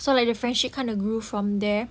so like the friendship kinda grew from there